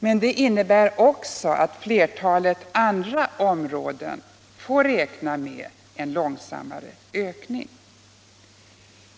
Men det innebär också att flertalet andra områden får räkna med en långsammare ökning.